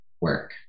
work